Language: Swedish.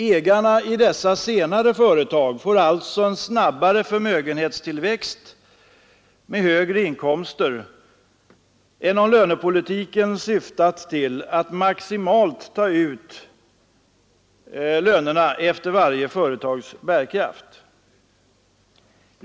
Ägarna i dessa senare företag får alltså en snabbare förmögenhetstillväxt, med högre inkomster, än de fått om lönepolitiken syftat till att maximalt ta ut lönerna efter varje företags bärkraft.